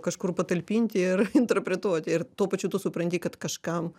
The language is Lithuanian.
kažkur patalpinti ir interpretuoti ir tuo pačiu tu supranti kad kažkam